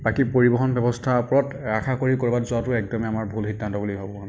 বাকী পৰিবহণ ব্য়ৱস্থাৰ ওপৰত আশা কৰি ক'ৰবাত যোৱাটো একদমেই আমাৰ ভুল সিদ্ধান্ত বুলি ভাবোঁ মই